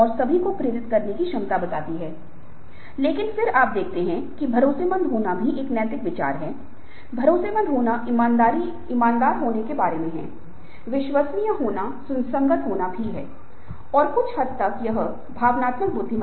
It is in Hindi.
और खुद को प्रेरित करने के लिए जैसा कि आपने पहले कहा है कि आत्म प्रेरणा के लिए लक्ष्य निर्धारण है नेताओं कार्यकारी सुधारकों और अन्य लोगों की सफलता की कहानी पढ़ें जो पुस्तक पत्रिकाओं इंटरनेट साइटों में उपलब्ध है